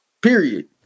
Period